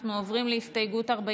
אנחנו עוברים להסתייגות מס'